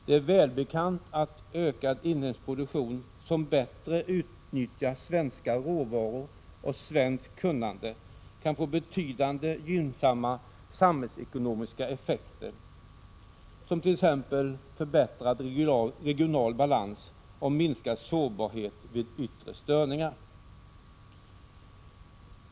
Det är välbekant att ökad inhemsk produktion som bättre utnyttjar svenska råvaror och svenskt kunnande kan få betydande gynnsamma samhällsekonomiska effekter i flera avseenden, bl.a. förbättrad regional balans och minskad sårbarhet vid yttre störningar.